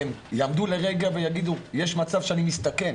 הם יעמדו לרגע ויגידו: יש מצב שאני מסתכן.